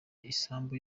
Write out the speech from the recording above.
isambu